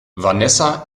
vanessa